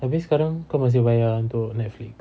abeh sekarang kau masih bayar untuk netflix